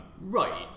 Right